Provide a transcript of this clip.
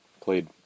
Played